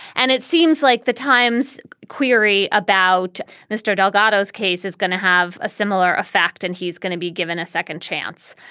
and it seems like the times query about mr. delgado's case is going to have a similar effect and he's going to be given a second chance.